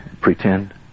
pretend